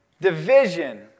division